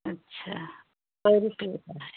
अच्छा कितने रुपये का है